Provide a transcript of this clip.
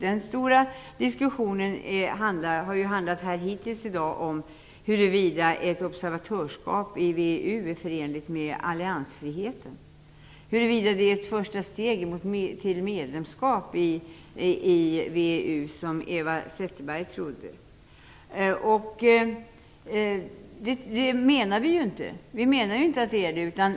Den stora diskussionen här i dag har hittills handlat om huruvida ett observatörskap i VEU är förenligt med alliansfriheten och huruvida det är ett första steg mot medlemskap i VEU, som Eva Zetterberg trodde. Vi menar att det inte är så.